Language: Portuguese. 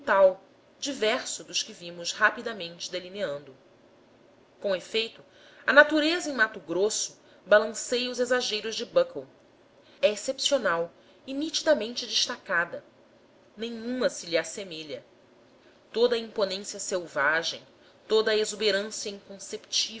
brutal diverso dos que vimos rapidamente delineando com efeito a natureza em mato grosso balanceia os exageros de buckle é excepcional e nitidamente destacada nenhuma se lhe assemelha toda a imponência selvagem toda a exuberância